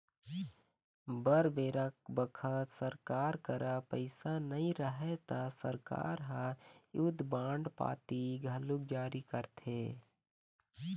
बर बेरा बखत सरकार करा पइसा नई रहय ता सरकार ह युद्ध बांड पाती घलोक जारी करथे